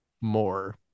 more